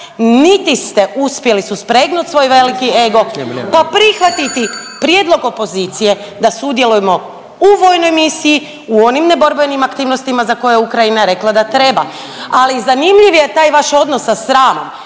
niti ste uspjeli suspregnuti svoj veliki ego pa prihvatiti prijedlog opozicije da sudjelujemo u vojnoj misiji u onim neborbenim aktivnostima za koje je Ukrajina rekla da treba. Ali zanimljiv je taj vaš odnos sa sramom,